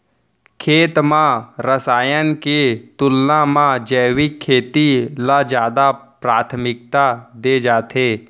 खेत मा रसायन के तुलना मा जैविक खेती ला जादा प्राथमिकता दे जाथे